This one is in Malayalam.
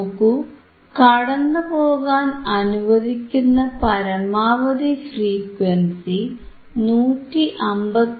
നോക്കൂ കടന്നുപോകാൻ അനുവദിക്കുന്ന പരമാവധി ഫ്രീക്വൻസി 159